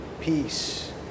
peace